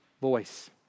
voice